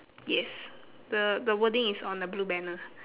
yes the the wording is on the blue banner